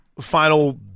final